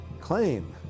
claim